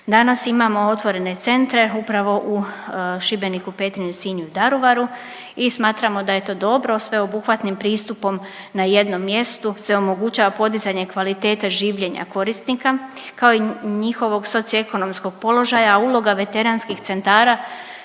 Danas imamo otvorene centre upravo u Šibeniku, Petrinji, Sinju i Daruvaru i smatramo da je to dobro. Sveobuhvatnim pristupom na jednom mjestu se omogućava podizanje kvalitete življenja korisnika kao i njihovog socio ekonomskog položaja, a uloga veteranski centara